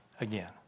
again